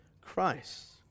Christ